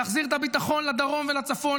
להחזיר את הביטחון לדרום ולצפון,